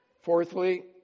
Fourthly